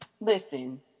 Listen